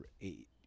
eight